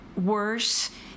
worse